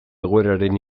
egoeraren